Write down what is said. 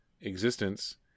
existence